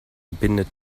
bindet